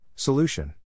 Solution